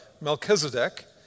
Melchizedek